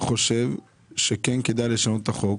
חושב שכן כדאי לשנות את החוק